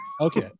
Okay